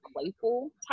playful